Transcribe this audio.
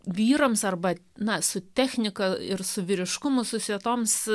vyrams arba na su technika ir su vyriškumu susietoms